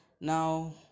now